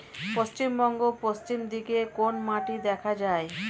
পশ্চিমবঙ্গ পশ্চিম দিকে কোন মাটি দেখা যায়?